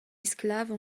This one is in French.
esclaves